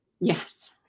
Yes